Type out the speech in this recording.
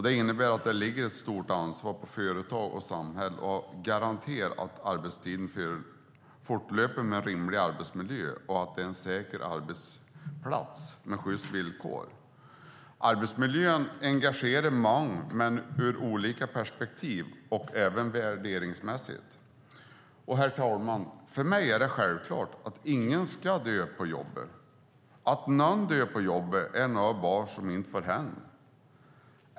Det innebär att det ligger ett stort ansvar på företag och samhälle att garantera att arbetstiden förenas med en rimlig arbetsmiljö och att det är en säker arbetsplats med sjysta villkor. Arbetsmiljön engagerar många men från olika perspektiv och även värderingsmässigt. Herr talman! För mig är det självklart att ingen ska dö på jobbet. Att någon dör på jobbet är något som bara inte får hända.